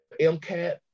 MCAT